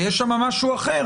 ויש שם משהו אחר,